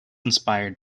inspired